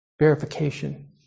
Verification